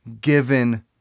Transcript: given